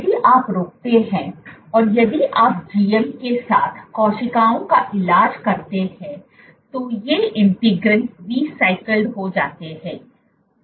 यदि आप रोकते हैं और यदि आप GM के साथ कोशिकाओं का इलाज करते हैं तो ये इंटीग्रिन रीसायकल हो जाते हैं